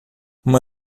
uma